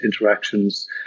interactions